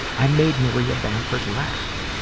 i made maria bamford laugh.